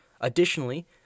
Additionally